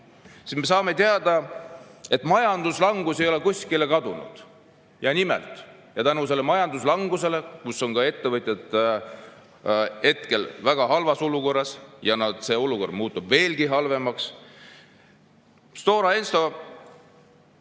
siis me saame teada, et majanduslangus ei ole kuskile kadunud. Nimelt, selle majanduslanguse tõttu on ettevõtjad hetkel väga halvas olukorras ja see olukord muutub veelgi halvemaks, Stora Enso